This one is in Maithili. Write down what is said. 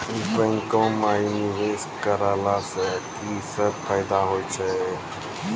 बैंको माई निवेश कराला से की सब फ़ायदा हो छै?